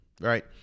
right